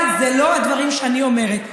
חס וחלילה, אלה לא הדברים שאני אומרת.